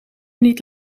niet